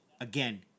again